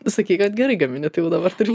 sakei kad gerai gamini tai jau dabar turi